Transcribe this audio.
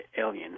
aliens